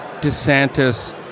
DeSantis